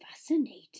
Fascinating